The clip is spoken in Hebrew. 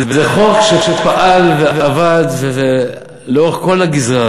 זה חוק שפעל ועבד לאורך כל הגזרה,